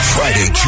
Friday